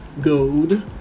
gold